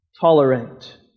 tolerant